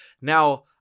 Now